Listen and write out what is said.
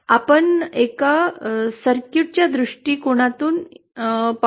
आपण एका सर्क्युट दृष्टिकोनातून पाहू या